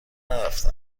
نرفته